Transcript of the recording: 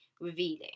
revealing